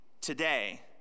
Today